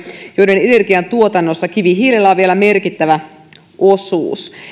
joiden energiantuotannossa kivihiilellä on vielä merkittävä osuus